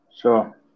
Sure